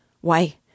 Why